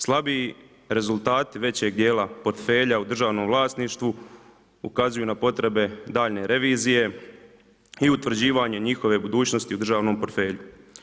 Slabiji rezultati većeg dijela portfelja u državnom vlasništvu ukazuju na potrebe daljnje revizije i utvrđivanje njihove budućnosti u državnom portfelju.